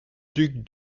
duc